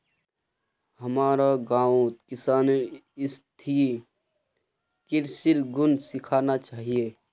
हमारो गांउत किसानक स्थायी कृषिर गुन सीखना चाहिए